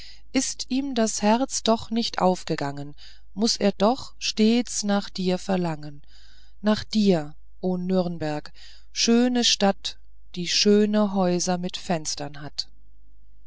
ist ihm das herz doch nicht aufgegangen muß er doch stets nach dir verlangen nach dir o nürnberg schöne stadt die schöne häuser mit fenstern hat